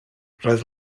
roedd